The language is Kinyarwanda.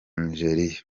nigeria